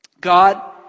God